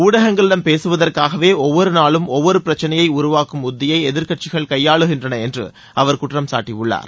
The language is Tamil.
ஊடகங்களிடம் பேசுவதற்காகவே ஒவ்வொரு நாளும் ஒவ்வொரு பிரச்சனையை உருவாக்கும் உத்தியை எதிர்க்கட்சிகள் கையாளுகின்றன என்று அவர் குற்றம் சாட்டியுள்ளார்